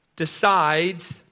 decides